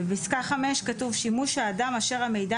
בפסקה (5) כתוב: "שימוש האדם אשר המידע